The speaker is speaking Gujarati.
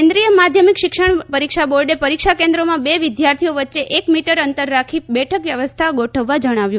કેન્નિ ીય માધ્યમિક શિક્ષણ પરીક્ષાબોર્ડે પરીક્ષા કેન્નોવિમાં બે વિદ્યાર્થી વચ્ચે એક મીટર અંતર રાખી બેઠક વ્યવસ્થા ગોઠવવા જણાવ્યું